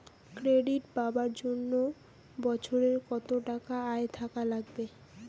Credit পাবার জন্যে বছরে কত টাকা আয় থাকা লাগবে?